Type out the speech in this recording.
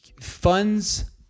funds